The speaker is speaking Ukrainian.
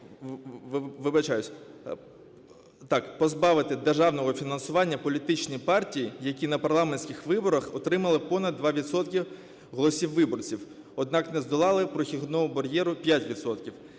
(вибачаюсь, так) позбавити державного фінансування політичні партії, які на парламентських виборах отримали понад 2 відсотки голосів виборців, однак не здолали прохідного бар'єру 5